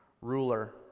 ruler